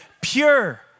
pure